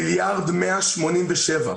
מיליארד ו-187.